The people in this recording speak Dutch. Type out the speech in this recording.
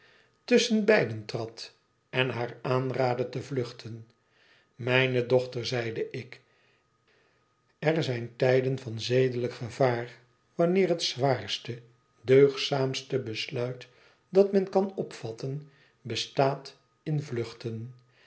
tusschen beiden trad en haar aanraadde te vluchten mijne dochter zeide ik er zijn tijden van zedelijk gevaar wanneer het zwaarste deugdzaamste besluit dat men kan opvatten bestaat in vluchten